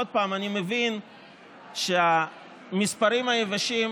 עוד פעם, אני מבין שהמספרים היבשים